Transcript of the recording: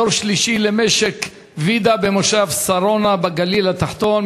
דור שלישי למשק ויידה במושב שרונה בגליל התחתון,